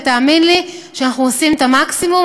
ותאמין לי שאנחנו עושים את המקסימום,